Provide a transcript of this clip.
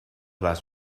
las